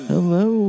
Hello